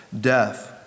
death